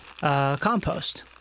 compost